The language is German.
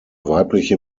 weibliche